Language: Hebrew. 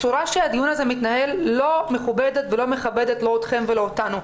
הצורה שהדיון הזה מתנהל לא מכובדת לא אתכם ולא אותנו.